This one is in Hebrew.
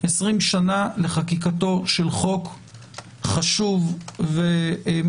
20 שנה לחקיקתו של חוק חשוב ומשמעותי.